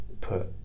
put